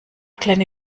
kleine